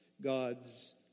God's